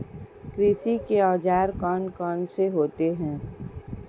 कृषि के औजार कौन कौन से होते हैं?